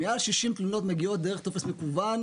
מעל 60 תלונות מגיעות דרך טופס מקוון.